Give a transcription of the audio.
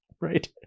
right